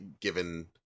given